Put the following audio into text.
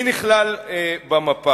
מי נכלל במפה?